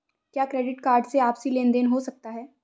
क्या credit card से आपसी लेनदेन हो सकता है?